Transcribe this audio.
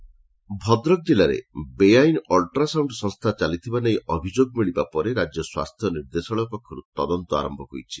ବେଆଇନ୍ ଅଲ୍ଟ୍ରାସାଉଣ୍ଡ ଭଦ୍ରକ ଜିଲ୍ଲାରେ ବେଆଇନ୍ ଅଲ୍ଟ୍ରାସାଉଣ୍ଡ ସଂସ୍ଥା ଚାଲିଥିବା ନେଇ ଅଭିଯୋଗ ମିଳିବା ପରେ ରାଜ୍ୟ ସ୍ୱାସ୍ଥ୍ୟ ନିର୍ଦ୍ଦେଶାଳୟ ପକ୍ଷରୁ ତଦନ୍ତ ଆର ହୋଇଛି